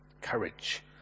Courage